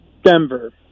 Denver